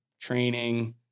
training